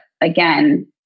again